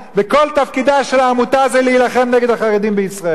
וכל תפקידה של העמותה זה להילחם נגד החרדים בישראל.